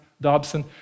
Dobson